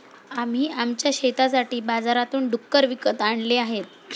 आम्ही आमच्या शेतासाठी बाजारातून डुक्कर विकत आणले आहेत